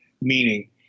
Meaning